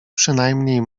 przynajmniej